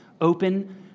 Open